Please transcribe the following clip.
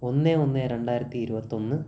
ഒന്ന് ഒന്ന് രണ്ടായിരത്തി ഇരുപത്തിയൊന്ന്